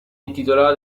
intitolata